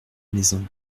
maison